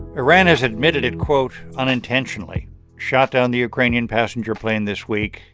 iran has admitted it quote, unintentionally shot down the ukrainian passenger plane this week,